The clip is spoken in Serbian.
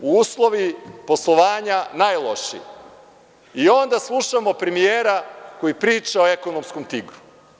Uslovi poslovanja najlošiji i onda slušamo premijera koji priča o ekonomskom timu.